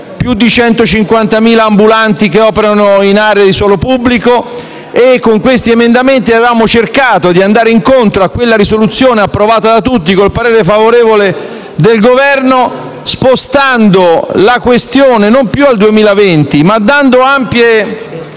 più di 150.000 ambulanti che operano in aree di suolo pubblico. Con questi emendamenti abbiamo cercato di andare incontro a quella risoluzione, approvata da tutti con il parere favorevole del Governo, spostando la questione non più al 2020 ma dando ampia